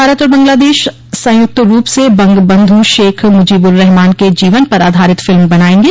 भारत और बंगलादेश संयुक्त रूप से बंग बंध् शेख मुजीबुर्रहमान के जीवन पर आधारित फिल्म बनाएंगे